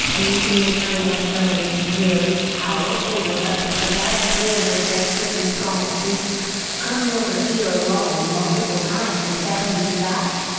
we need to make sure we have somebody really powerful with us because i have a feeling this guy's pretty strong. if he's coming over here alone multiple times and setting these traps,